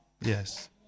Yes